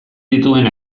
dituen